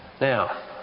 Now